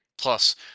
Plus